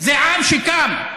זה עם שקם,